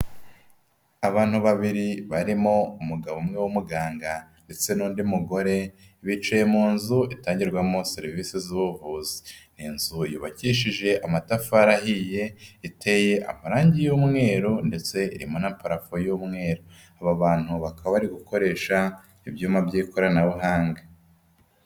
Abantu babiri barimo umugabo umwe w'umuganga ndetse n'undi mugore, bicaye mu nzu itangirwamo serivisi z'ubuvuzi. Inzu yubakishije amatafari ahiye, iteye amarangi y'umweru ndetse irimo na parafo y'umweru. Abo bantu bakaba bari gukoresha ibyuma by'ikoranabuhanga.